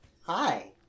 Hi